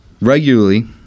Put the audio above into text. Regularly